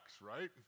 right